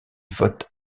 vote